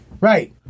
Right